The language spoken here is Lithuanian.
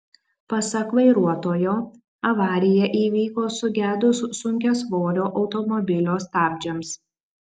pasak vairuotojo avarija įvyko sugedus sunkiasvorio automobilio stabdžiams